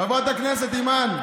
חברת הכנסת אימאן ח'טיב,